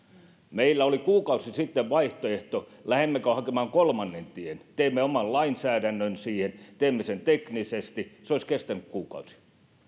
meillä oli kuukausi sitten vaihtoehto lähdemmekö hakemaan kolmannen tien teemme oman lainsäädännön siihen teemme sen teknisesti se olisi kestänyt kuukausia